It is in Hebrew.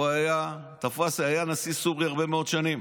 הוא היה נשיא סוריה הרבה מאוד שנים,